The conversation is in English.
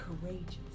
courageous